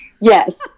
Yes